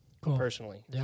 personally